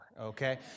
okay